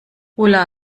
ulla